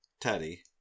Teddy